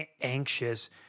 anxious